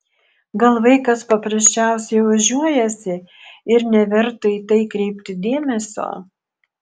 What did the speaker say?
gal vaikas paprasčiausiai ožiuojasi ir neverta į tai kreipti dėmesio